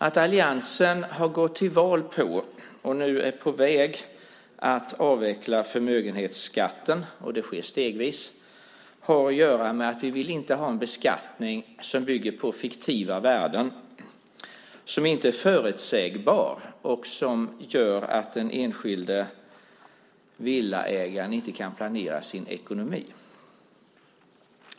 Att alliansen har gått till val på och nu är på väg att avveckla fastighetsskatten - det sker stegvis - har att göra med att vi inte vill ha en beskattning som bygger på fiktiva värden, som inte är förutsägbar och som gör att den enskilde villaägaren inte kan planera sin ekonomi.